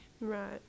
Right